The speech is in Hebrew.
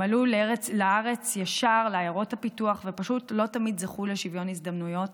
הם עלו לארץ ישר לעיירות הפיתוח ופשוט לא תמיד זכו לשוויון הזדמנויות,